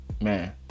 Man